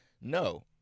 No